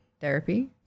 therapy